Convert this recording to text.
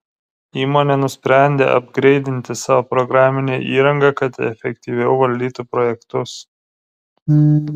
įmonė nusprendė apgreidinti savo programinę įrangą kad efektyviau valdytų projektus